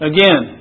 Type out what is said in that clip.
Again